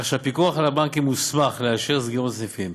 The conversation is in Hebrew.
כך שהפיקוח על הבנקים הוסמך לאשר סגירת סניפים.